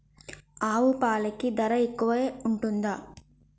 ఆవు పాలకి ధర ఎక్కువే ఉంటదా?